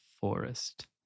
forest